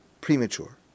premature